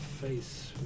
face